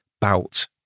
bout